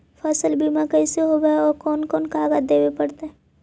फसल बिमा कैसे होब है और कोन कोन कागज देबे पड़तै है?